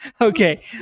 Okay